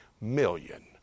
million